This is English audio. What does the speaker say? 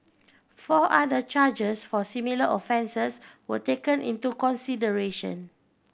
four other charges for similar offences were taken into consideration